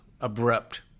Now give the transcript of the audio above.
abrupt